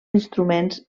instruments